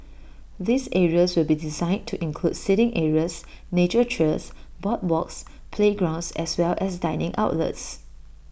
these areas will be designed to include seating areas nature trails boardwalks playgrounds as well as dining outlets